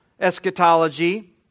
Eschatology